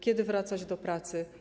Kiedy wracać do pracy?